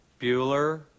Bueller